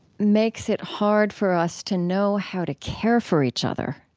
makes it hard for us to know how to care for each other